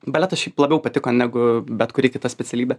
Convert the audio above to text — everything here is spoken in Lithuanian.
baletas šiaip labiau patiko negu bet kuri kita specialybė